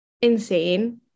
insane